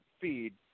feed